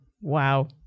Wow